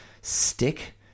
stick